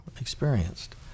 experienced